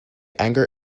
anger